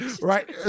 right